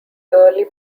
early